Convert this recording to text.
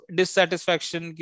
dissatisfaction